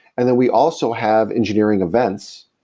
and then we also have engineering events,